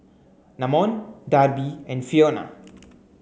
Namon Darby and Fiona